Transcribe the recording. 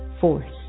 force